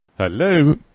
Hello